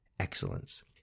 excellence